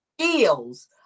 skills